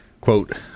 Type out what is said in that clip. quote